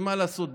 מה לעשות?